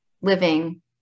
living